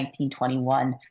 1921